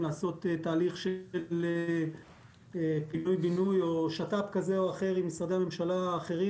לעשות תהליך של פינוי-בינוי או שת"פ כזה או אחר עם משרדי ממשלה אחרים,